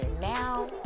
Now